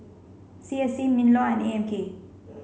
C S C MINLAW and A M K